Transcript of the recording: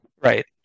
Right